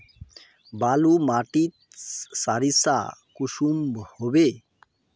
बालू माटित सारीसा कुंसम होबे?